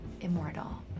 immortal